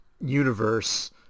universe